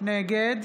נגד